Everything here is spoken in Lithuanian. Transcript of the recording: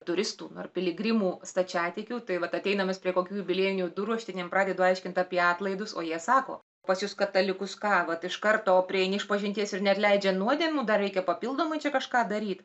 turistų ar piligrimų stačiatikių tai vat ateidamas prie kokių jubiliejinių durų aš ten jie pradedu aiškinti apie atlaidus o jie sako pas jus katalikus ką vat iš karto prieini išpažinties ir neatleidžia nuodėmių dar reikia papildomai čia kažką daryt